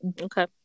Okay